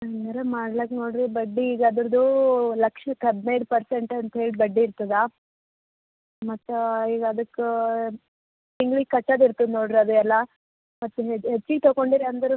ಅಂದರೆ ಮಾಡಕ್ ನೋಡಿ ರೀ ಬಡ್ಡಿ ಈಗ ಅದ್ರದು ಲಕ್ಷಕ್ಕೆ ಹದಿನೈದು ಪರ್ಸೆಂಟ್ ಅಂತ್ಹೇಳಿ ಬಡ್ಡಿ ಇರ್ತದೆ ಮತ್ತು ಈಗ ಅದಕ್ಕೆ ತಿಂಗ್ಳಿಗೆ ಕಟ್ಟೋದ್ ಇರ್ತದೆ ನೋಡಿ ರೀ ಅದು ಎಲ್ಲ ಮತ್ತೆ ನೀವು ಹೆಚ್ಚಿಗೆ ತಗೊಂಡಿರಿ ಅಂದ್ರೆ